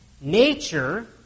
Nature